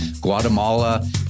Guatemala